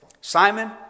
Simon